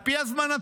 על פי הזמנתו,